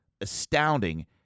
astounding